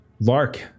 Lark